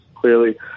clearly